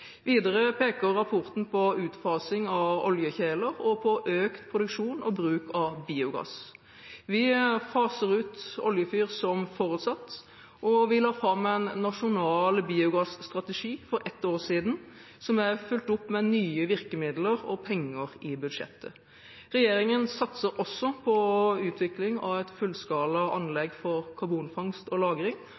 Videre peker rapporten på utfasing av oljekjeler og på økt produksjon og bruk av biogass. Vi faser ut oljefyr som forutsatt, og vi la fram en nasjonal biogasstrategi for ett år siden som er fulgt opp med nye virkemidler og penger i budsjettet. Regjeringen satser også på utvikling av et fullskala anlegg for karbonfangst og